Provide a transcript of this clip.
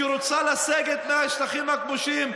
שרוצה לסגת מהשטחים הכבושים,